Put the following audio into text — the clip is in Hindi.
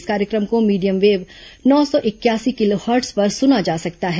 इस कार्यक्रम को मीडियम वेव नौ सौ इकयासी किलोहर्ट्ज पर सुना जा सकता है